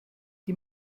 die